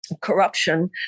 corruption